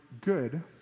good